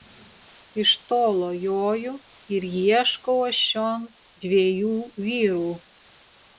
iš tolo joju ir ieškau aš čion dviejų vyrų